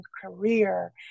career